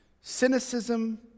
cynicism